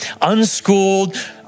unschooled